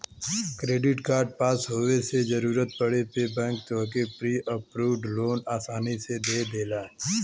credit card पास होये से जरूरत पड़े पे बैंक तोहके प्री अप्रूव्ड लोन आसानी से दे देला